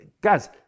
Guys